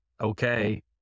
okay